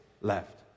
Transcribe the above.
left